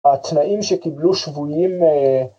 ‫התנאים שקיבלו שבויים...